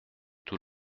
tout